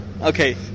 Okay